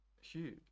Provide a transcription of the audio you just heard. huge